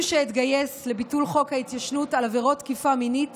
שאתגייס לביטול חוק ההתיישנות על עבירות תקיפה מינית